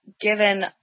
given